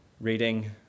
reading